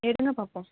எடுங்கள் பார்ப்போம்